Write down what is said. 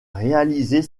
réaliser